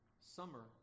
summer